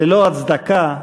ללא הצדקה,